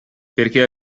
perché